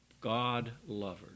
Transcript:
God-lovers